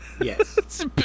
Yes